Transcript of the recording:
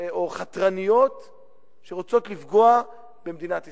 שרוצות לפגוע במדינת ישראל.